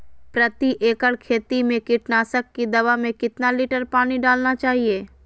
प्रति एकड़ खेती में कीटनाशक की दवा में कितना लीटर पानी डालना चाइए?